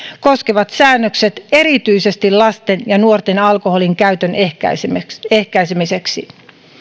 koskevat säännökset erityisesti lasten ja nuorten alkoholin käytön ehkäisemiseksi ehkäisemiseksi